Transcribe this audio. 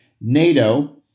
NATO